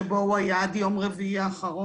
שבו הוא היה עד יום רביעי האחרון.